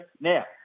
Now